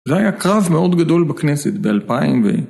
זה היה קרב מאוד גדול בכנסת באלפיים ו...